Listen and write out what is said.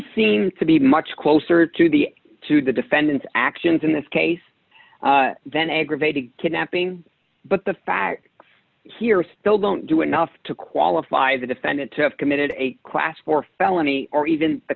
seem to be much closer to the to the defendant's actions in this case then aggravated kidnapping but the facts here still don't do enough to qualify the defendant to have committed a class four felony or even